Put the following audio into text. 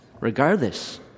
regardless